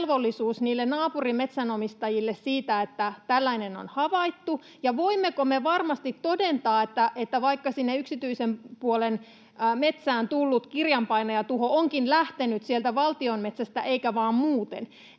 niille naapurin metsänomistajille siitä, että tällainen on havaittu, ja voimmeko me varmasti todentaa, että vaikka sinne yksityisen puolen metsään tullut kirjanpainajatuho onkin lähtenyt sieltä valtion metsästä eikä vaan muuten